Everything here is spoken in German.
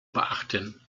beachten